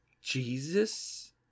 Jesus